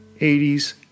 80s